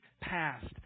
past